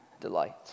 delight